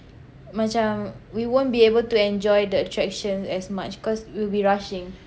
macam we won't be able to enjoy the attraction as much cause we'll be rushing